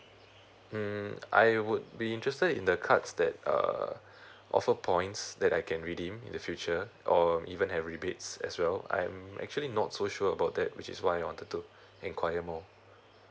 mm I would be interested in the cards that uh offer points that I can redeem in the future or even err rebates as well I am actually not so sure about that which is why I wanted to inquire more